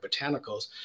botanicals